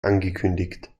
angekündigt